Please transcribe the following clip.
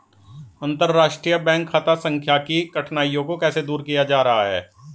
अंतर्राष्ट्रीय बैंक खाता संख्या की कठिनाइयों को कैसे दूर किया जा रहा है?